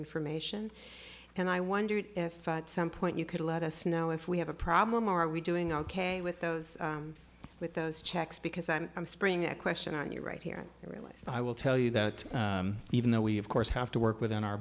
information and i wonder if some point you could let us know if we have a problem are we doing ok with those with those checks because i'm springing a question on you right here really i will tell you that even though we of course have to work within our